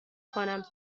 کنم